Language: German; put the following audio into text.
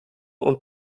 und